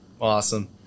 awesome